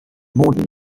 modern